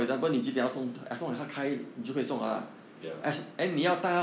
ya